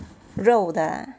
肉的 ah